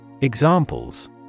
Examples